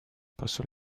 посол